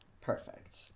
Perfect